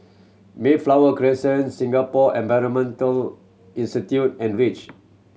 Mayflower Crescent Singapore Environmental Institute and Reach